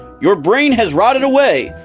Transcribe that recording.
your brain has rotted away.